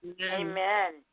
Amen